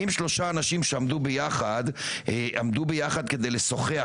אם שלושה אנשים שעמדו ביחד כדי לשוחח,